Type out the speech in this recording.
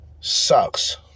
sucks